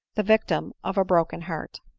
the vic tim of a broken heart.